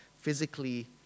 physically